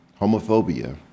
homophobia